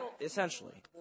essentially